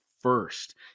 first